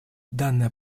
данная